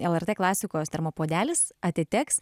lrt klasikos termo puodelis atiteks